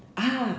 ah